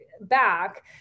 back